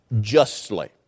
justly